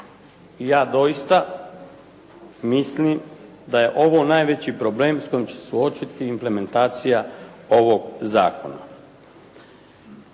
ja doista mislim da je ovo najveći problem s kojima će se suočiti implementacija ovoga zakona.